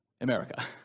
America